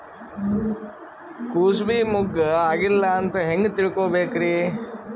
ಕೂಸಬಿ ಮುಗ್ಗ ಆಗಿಲ್ಲಾ ಅಂತ ಹೆಂಗ್ ತಿಳಕೋಬೇಕ್ರಿ?